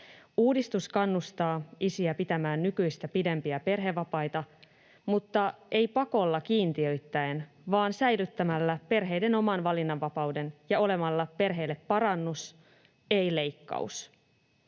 Uudistus kannustaa isiä pitämään nykyistä pidempiä perhevapaita, mutta ei pakolla kiintiöittäen vaan säilyttämällä perheiden oman valinnanvapauden ja olemalla perheille parannus, ei leikkaus.